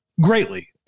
greatly